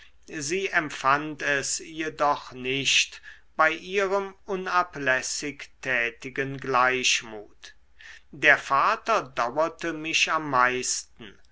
sie empfand es jedoch nicht bei ihrem unablässig tätigen gleichmut der vater dauerte mich am meisten